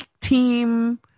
team